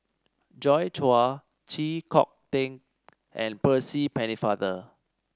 Joi Chua Chee Kong Tet and Percy Pennefather